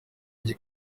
bajya